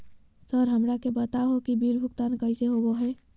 Sir हमरा के बता हो कि बिल भुगतान कैसे होबो है?